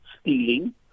stealing